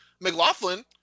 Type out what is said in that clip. McLaughlin